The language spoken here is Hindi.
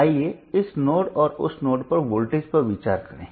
अब आइए इस नोड और उस नोड पर वोल्टेज पर विचार करें